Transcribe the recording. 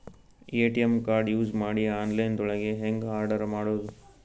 ATM card use ಮಾಡಿ online ದೊಳಗೆ ಹೆಂಗ್ ಆರ್ಡರ್ ಮಾಡುದು?